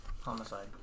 homicide